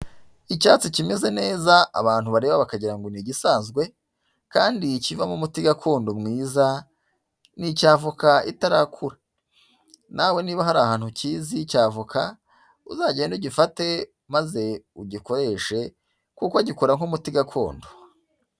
Icyatsi kimeze neza abantu bareba bakagira ngo ni igisanzwe, kandi kivamo umuti gakondo mwiza, ni icya avoka itarakura. Nawe niba hari ahantu ukizi cya avoka, uzagende ugifate maze ugikoreshe, kuko gikora nk'umuti gakondo.